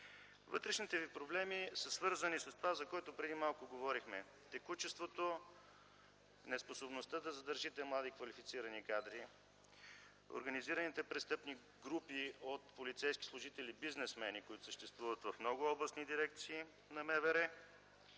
Вътрешните ви проблеми са свързани с това, за което преди малко говорихме – текучеството, неспособността да задържите млади квалифицирани кадри, организираните престъпни групи от полицейски служители–бизнесмени, които съществуват в много областни дирекции на МВР